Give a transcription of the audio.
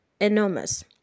enormous